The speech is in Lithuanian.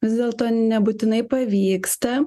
vis dėlto nebūtinai pavyksta